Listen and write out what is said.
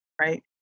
right